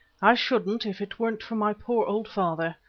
i shouldn't if it weren't for my poor old father.